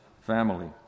family